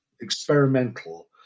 experimental